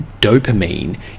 dopamine